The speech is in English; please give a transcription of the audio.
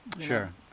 Sure